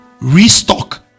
restock